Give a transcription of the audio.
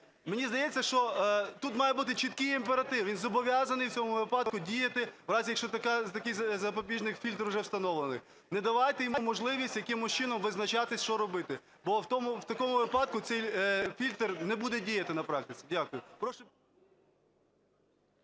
Мені здається, що тут має бути чіткий імператив: він зобов'язаний в цьому випадку діяти в разі, якщо такий запобіжний фільтр вже встановлений. Не давайте йому можливість якимось чином визначатись, що роботи, бо в такому випадку цей фільтр не буде діяти на практиці. Дякую.